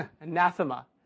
anathema